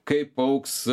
kaip augs